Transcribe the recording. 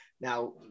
now